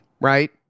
right